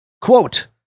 quote